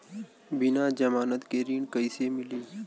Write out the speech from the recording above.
बिना जमानत के ऋण कईसे मिली?